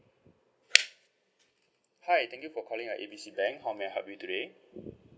hi thank you for calling uh A B C bank how may I help you today